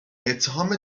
اتهام